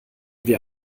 wir